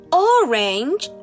orange